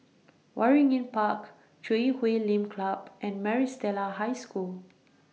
Waringin Park Chui Huay Lim Club and Maris Stella High School